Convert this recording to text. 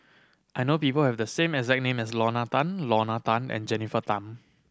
I know people who have the same as name as Lorna Tan Lorna Tan and Jennifer Tham